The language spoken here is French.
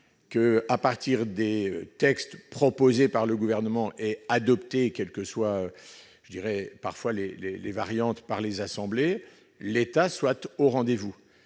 sur la base des textes présentés par le Gouvernement et adoptés, quelles que soient les variantes, par les assemblées, l'État soit au rendez-vous.